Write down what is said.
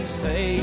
say